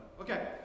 Okay